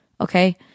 Okay